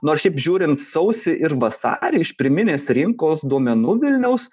nors šiaip žiūrint sausį ir vasarį iš pirminės rinkos duomenų vilniaus